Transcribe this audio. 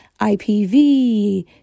IPV